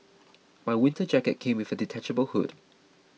my winter jacket came with a detachable hood